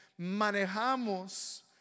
manejamos